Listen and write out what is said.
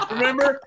Remember